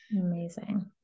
amazing